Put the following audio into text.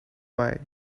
way